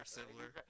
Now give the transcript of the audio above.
similar